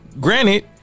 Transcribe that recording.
Granted